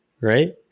right